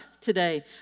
today